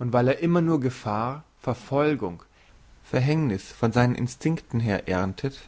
und weil er immer nur gefahr verfolgung verhängniss von seinen instinkten her erntet